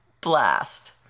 blast